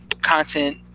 content